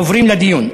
עוברים לדיון.